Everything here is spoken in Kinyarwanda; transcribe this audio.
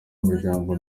muryango